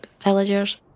villagers